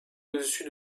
dessus